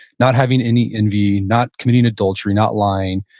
not having any envy, not committing adultery, not lying,